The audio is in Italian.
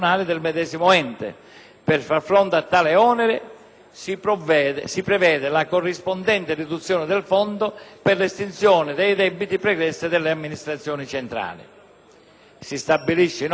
si prevede la corrispondente riduzione del fondo per l'estinzione dei debiti pregressi delle amministrazioni centrali. Si stabilisce inoltre la destinazione all'incremento del montepremi